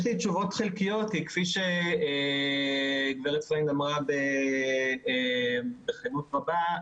יש לי תשובות חלקיות כי כפי שגב' פריינד אמרה בכנות רבה,